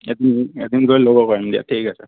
এদিন এদিন গৈ ল'ব পাৰিম দিয়া ঠিক আছে